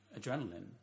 adrenaline